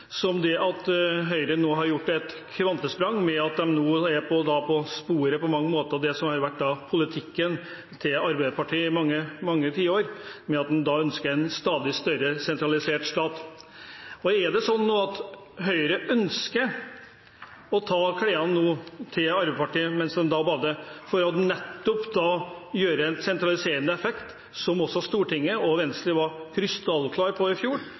som om Høyre nå har gjort et kvantesprang ved at de på mange måter er på sporet av det som har vært politikken til Arbeiderpartiet i mange, mange tiår, at en ønsker en stadig mer sentralisert stat. Er det sånn at Høyre nå ønsker å ta klærne til Arbeiderpartiet mens disse bader, for nettopp å få en sentraliserende effekt, som også Stortinget og Venstre var krystallklare på i fjor